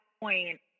point